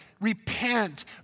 repent